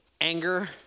anger